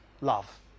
love